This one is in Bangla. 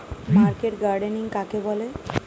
মার্কেট গার্ডেনিং কাকে বলে?